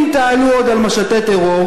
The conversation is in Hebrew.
אם תעלו עוד על משטי טרור,